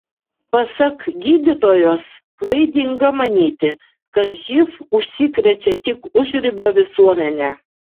pasak gydytojos klaidinga manyti kad živ užsikrečia tik užribio visuomenė